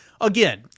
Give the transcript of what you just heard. again